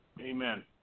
Amen